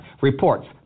reports